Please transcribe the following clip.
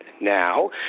now